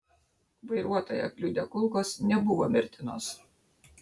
vairuotoją kliudę kulkos nebuvo mirtinos